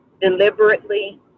deliberately